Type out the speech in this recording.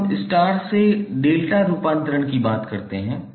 अब हम स्टार से डेल्टा रूपांतरण की बात करते हैं